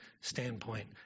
standpoint